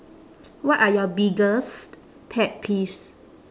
what are your biggest pet peeves